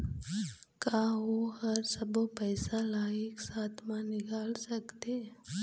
का ओ हर सब्बो पैसा ला एक साथ म निकल सकथे?